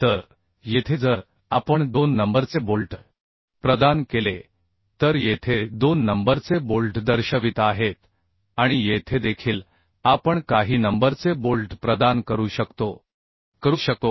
तर येथे जर आपण दोन नंबरचे बोल्ट प्रदान केले तर येथे दोन नंबरचे बोल्ट दर्शवित आहेत आणि येथे देखील आपण काही नंबरचे बोल्ट प्रदान करू शकतो